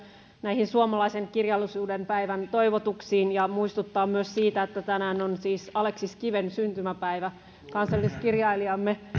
näihin suomalaisen kirjallisuuden päivän toivotuksiin ja muistuttaa myös siitä että tänään on siis aleksis kiven syntymäpäivä on kansalliskirjailijamme